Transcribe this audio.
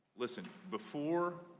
listen, before,